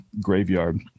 graveyard